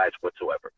whatsoever